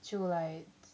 就 like